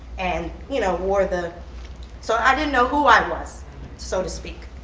and, you know, wore the so i didn't know who i was so to speak.